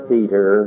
Peter